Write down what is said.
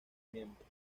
miembros